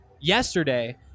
yesterday